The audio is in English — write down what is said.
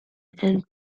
and